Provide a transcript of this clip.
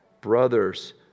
Brothers